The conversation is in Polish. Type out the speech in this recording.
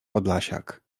podlasiak